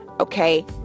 okay